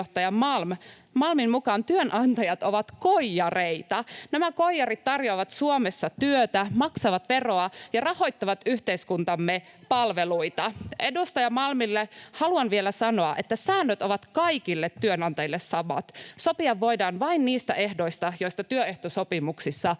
Malmin mukaan työnantajat ovat koijareita. Nämä koijarit tarjoavat Suomessa työtä, maksavat veroa ja rahoittavat yhteiskuntamme palveluita. Edustaja Malmille haluan vielä sanoa, että säännöt ovat kaikille työnantajille samat: sopia voidaan vain niistä ehdoista, joista työehtosopimuksissa on